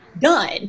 done